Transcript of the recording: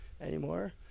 anymore